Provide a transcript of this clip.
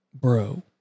bro